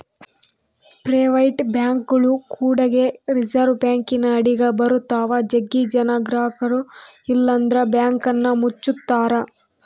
private ಬ್ಯಾಂಕ್ಗಳು ಕೂಡಗೆ reserve ಬ್ಯಾಂಕಿನ ಅಡಿಗ ಬರುತ್ತವ, ಜಗ್ಗಿ ಜನ ಗ್ರಹಕರು ಇಲ್ಲಂದ್ರ ಬ್ಯಾಂಕನ್ನ ಮುಚ್ಚುತ್ತಾರ